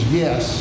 yes